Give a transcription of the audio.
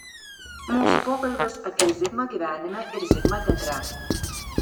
mūsų pokalbis apie zigmą gyvenime ir zigmą teatre